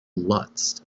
lutz